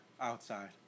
outside